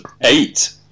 eight